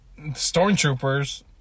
stormtroopers